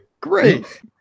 Great